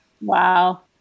Wow